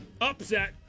Upset